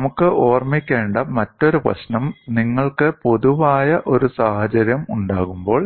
നമുക്ക് ഓർമ്മിക്കേണ്ട മറ്റൊരു പ്രശ്നം നിങ്ങൾക്ക് പൊതുവായ ഒരു സാഹചര്യം ഉണ്ടാകുമ്പോൾ